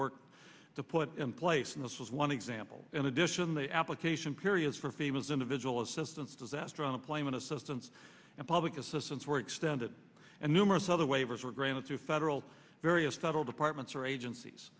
work to put in place and this was one example in addition the application periods for people's individual assistance disaster unemployment assistance and public assistance were extended and numerous other waivers were granted to federal various federal departments or agencies